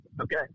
Okay